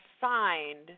signed